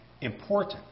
important